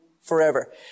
forever